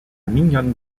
mignonne